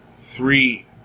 three